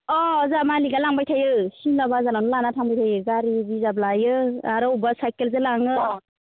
अ जोहा मालिकआ लांबाय थायो सिमला बाजारावनो लाना थांबाय थायो गारिबो रिजार्भ लायो आरो अब्बा साइकेलजों लाङो